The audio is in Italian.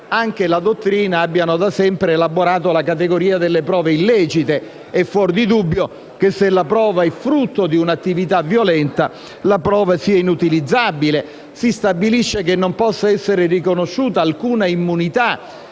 anche la dottrina, abbiano da sempre elaborato la categoria delle prove illecite. È fuor di dubbio che se la prova è frutto di un'attività violenta la prova sia inutilizzabile. Si stabilisce che non possa essere riconosciuta alcuna immunità